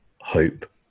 hope